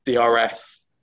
DRS